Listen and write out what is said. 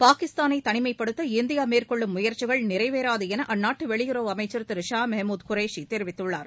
பாகிஸ்தானை தனிமைப்படுத்த இந்தியா மேற்கொள்ளும் முயற்சிகள் நிறைவேறாது என அந்நாட்டு வெளியுறவு அமைச்சர் திரு ஷா மெஹ்முத் குரேஷி தெரிவித்துள்ளார்